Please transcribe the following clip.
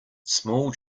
small